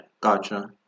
Gotcha